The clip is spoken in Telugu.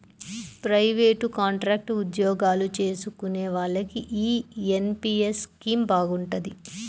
ప్రయివేటు, కాంట్రాక్టు ఉద్యోగాలు చేసుకునే వాళ్లకి యీ ఎన్.పి.యస్ స్కీమ్ బాగుంటది